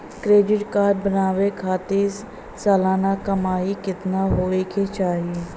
Credit card बनवावे खातिर सालाना कमाई कितना होए के चाही?